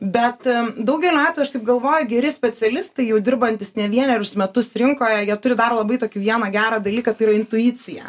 bet daugeliu atvejų aš taip galvoju geri specialistai jau dirbantys ne vienerius metus rinkoje jie turi dar labai tokį vieną gerą dalyką tai yra intuicija